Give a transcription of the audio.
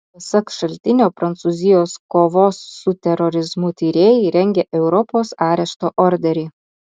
pasak šaltinio prancūzijos kovos su terorizmu tyrėjai rengia europos arešto orderį